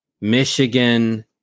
Michigan